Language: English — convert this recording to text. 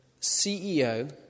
CEO